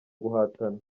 guhatana